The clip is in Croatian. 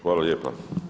Hvala lijepa.